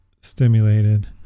stimulated